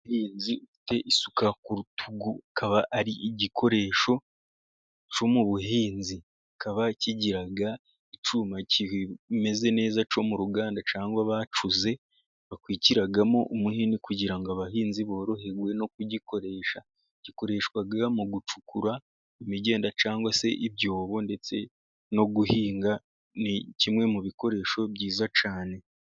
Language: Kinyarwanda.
Umuhinzi ufite isuka ku rutugu, akaba ari igikoresho cyo mu buhinzi, kikaba kigira icyuma kimeze neza cyo mu ruganda cyangwa bacuze bakwikiramo umuhini kugira ngo abahinzi borohewe no kugikoresha, gikoreshwa mu gucukura imigenda cyangwa se ibyobo ndetse no guhinga ni kimwe mu bikoresho byiza cyane.